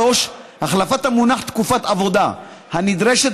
3. החלפת המונח "תקופת עבודה" הנדרשת